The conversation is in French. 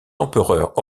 empereurs